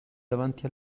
davanti